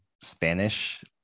Spanish